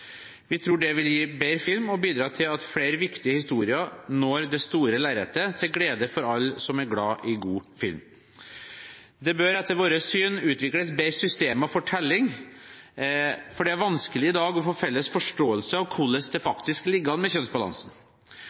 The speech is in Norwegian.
Vi tror det vil gi bedre film og bidra til at flere viktige historier når det store lerretet, til glede for alle som er glad i god film. Det bør etter vårt syn utvikles bedre systemer for telling, for det er vanskelig i dag å få en felles forståelse av hvordan det faktisk ligger an med kjønnsbalansen.